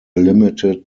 limited